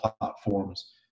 platforms